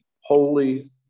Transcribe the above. holy